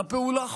הפעולה החוקית,